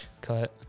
cut